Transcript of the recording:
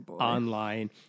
online